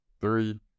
three